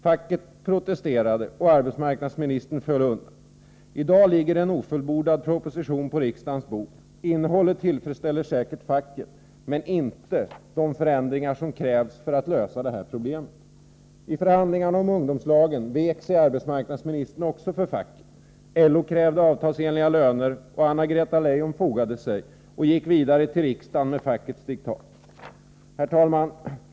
Facket protesterade och arbetsmarknadsministern föll undan. I dag ligger det en ofullbordad proposition på riksdagens bord. Innehållet tillfredsställer facket men åstadkommer inte de förändringar som krävs för att lösa problemen. I förhandlingarna om ungdomslagen vek sig arbetsmarknadsministern också för facket. LO krävde avtalsenliga löner, och Anna-Greta Leijon fogade sig och gick vidare till riksdagen med fackets diktat. Herr talman!